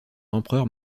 l’empereur